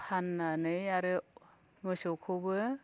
फान्नानै आरो मोसौखौबो